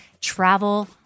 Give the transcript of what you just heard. travel